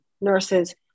nurses